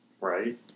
Right